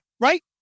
right